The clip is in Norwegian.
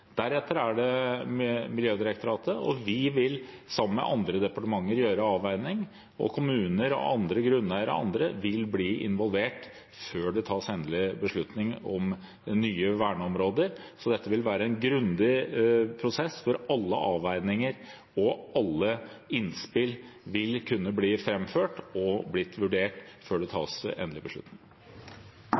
Deretter er det Miljødirektoratet, og så vil vi sammen med andre departementer gjøre avveininger. Kommuner, grunneiere og andre vil bli involvert før det tas endelig beslutning om nye verneområder. Dette vil være en grundig prosess, hvor alle avveininger og alle innspill vil kunne bli framført og vurdert, før det tas endelig beslutning.